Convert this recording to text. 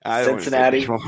Cincinnati